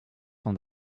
from